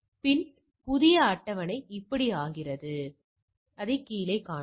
பின்னர் புதிய அட்டவணை இப்படி ஆகிறது எனவே அது தொடர்கிறது